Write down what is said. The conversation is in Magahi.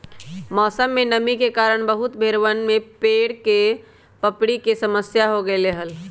मौसमा में नमी के कारण बहुत भेड़वन में पैर के पपड़ी के समस्या हो गईले हल